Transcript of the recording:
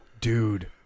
Dude